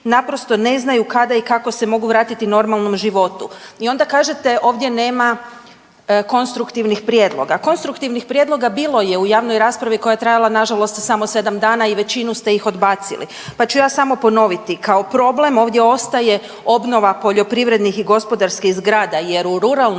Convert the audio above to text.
naprosto ne znaju kada i kako se mogu vratiti normalnom životu. I onda kažete ovdje nema konstruktivnih prijedloga, konstruktivnih prijedloga bilo je u javnoj raspravi koja je trajala nažalost samo 7 dana i većinu ste ih odbacili, pa ću ja samo ponoviti kao problem ovdje ostaje obnova poljoprivrednih i gospodarskih zgrada jer u ruralnom